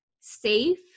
safe